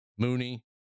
Mooney